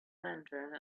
lantern